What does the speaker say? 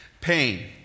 pain